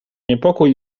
niepokój